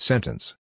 Sentence